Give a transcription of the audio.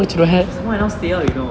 that's why I don't want to stay out you know